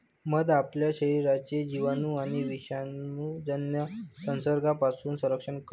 मध आपल्या शरीराचे जिवाणू आणि विषाणूजन्य संसर्गापासून संरक्षण करते